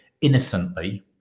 innocently